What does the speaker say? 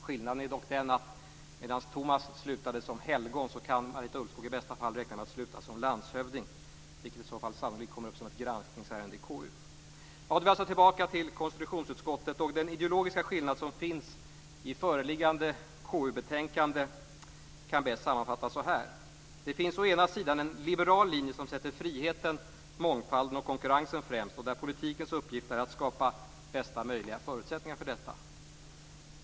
Skillnaden är dock den att medan Thomas slutade som helgon kan Marita Ulvskog i bästa fall räkna med att sluta som landshövding - något som i så fall sannolikt kommer upp som granskningsärende i KU. Ja, då är vi alltså tillbaka till konstitutionsutskottet. Den ideologiska skillnad som finns i föreliggande KU-betänkande kan bäst sammanfattas så här: Det finns en liberal linje som sätter friheten, mångfalden och konkurrensen främst och där politikens uppgift är att skapa bästa möjliga förutsättningar för detta.